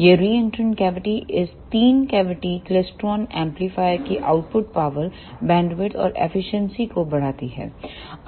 यह reentrant cavity इस तीन कैविटी क्लेस्ट्रॉन एम्पलीफायर की आउटपुट पावर बैंडविड्थ और एफिशिएंसी को बढ़ाती है